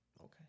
Okay